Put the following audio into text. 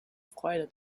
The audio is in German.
freude